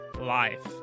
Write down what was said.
Life